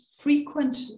frequent